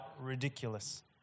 ridiculous